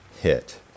hit